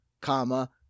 comma